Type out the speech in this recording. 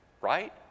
right